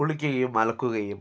കുളിക്കുകയും അലക്കുകയും